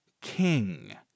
king